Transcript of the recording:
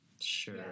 Sure